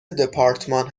دپارتمان